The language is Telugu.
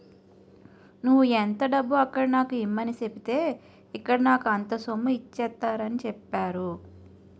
నువ్వు ఎంత డబ్బు అక్కడ నాకు ఇమ్మని సెప్పితే ఇక్కడ నాకు అంత సొమ్ము ఇచ్చేత్తారని చెప్పేరు